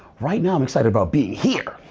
right now i'm excited about being here.